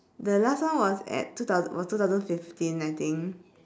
the last time was at two thousand or two thousand fifteen I think